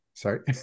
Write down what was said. sorry